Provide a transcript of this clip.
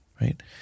Right